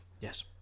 Yes